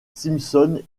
simpson